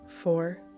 four